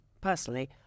personally